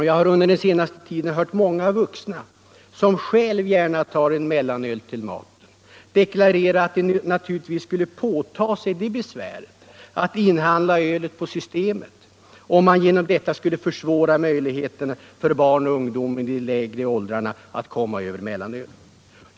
Jag har under den senaste tiden hört många vuxna — som själva gärna tar en mellanöl till maten — deklarera att de naturligtvis skulle påta sig det besväret att inhandla ölet på systemet, om de genom detta skulle minska möjligheterna för barn och ungdomar i de lägre åldrarna att komma över mellanöl.